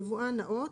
יבואן נאות,